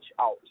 out